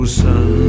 sun